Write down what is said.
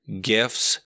gifts